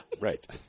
Right